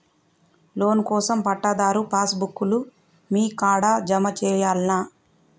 Loan కోసం పట్టాదారు passbook లు మీ కాడా జమ చేయల్నా?